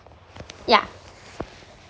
yeah